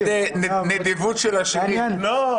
תגיד נדיבות של עשירים...